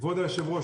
כבוד היושב-ראש,